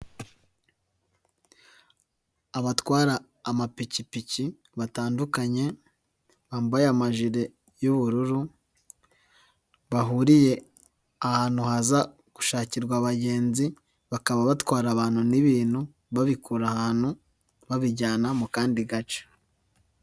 Abatwara amapikipiki batandukanye bambaye amajire y'ubururu bahuriye ahantu haza gushakirwa abagenzi, bakaba batwara abantu n'ibintu babikura ahantu babijyana mu kandi gace.